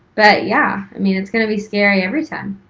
but yeah, i mean it's gonna be scary every time.